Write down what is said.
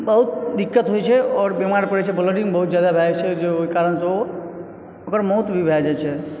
बहुत दिक्कत होइ छै आओर बीमार पड़ै छै ब्लिडिंग बहुत जादा भय जाइ छै ओहि कारणसॅं ओ ओकर मौत भी भय जाइ छै